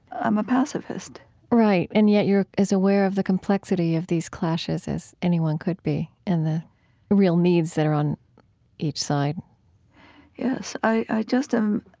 i'm a pacifist right, and yet you're as aware of the complexity of these clashes as anyone could be and the real needs that are on each side yes, i just am,